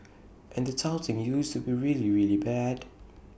and the touting used to be really really bad